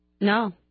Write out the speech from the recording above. No